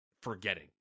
forgetting